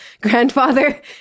grandfather